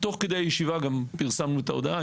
תוך כדי הישיבה גם פרסמנו את ההודעה.